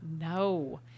No